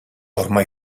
ormai